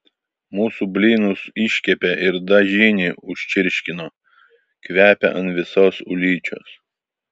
mūsų blynus iškepė ir dažinį užčirškino kvepia ant visos ulyčios